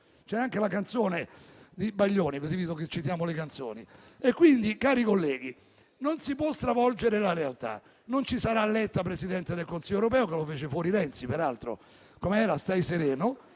C'è anche la canzone di Baglioni, visto che citiamo le canzoni. Cari colleghi, non si può stravolgere la realtà. Non ci sarà Letta presidente del Consiglio europeo, che lo fece fuori Renzi. Come era? «Stai sereno».